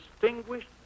distinguished